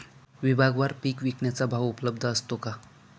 विभागवार पीक विकण्याचा भाव उपलब्ध असतो का?